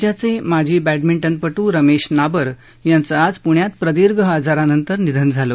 राज्याचे माजी बॅडमिंटनपटू रमेश नाबर यांचं आज पुण्यात प्रदीर्घ आजारानंतर निधन झालं